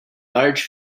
large